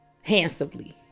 handsomely